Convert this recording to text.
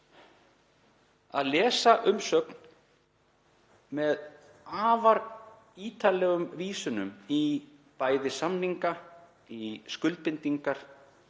að lesa umsögn með afar ítarlegum vísunum í samninga, í skuldbindingar,